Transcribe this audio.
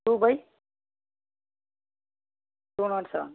two by two not seven